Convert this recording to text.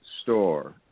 store